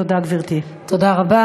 תודה, גברתי.